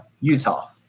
Utah